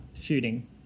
shooting